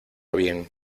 bien